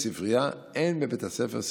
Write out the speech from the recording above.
ספרייה, אין בבית הספר ספרייה,